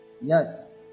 Yes